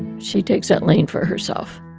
she takes that lane for herself